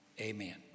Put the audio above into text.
amen